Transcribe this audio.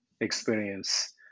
experience